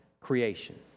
creation